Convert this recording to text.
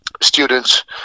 students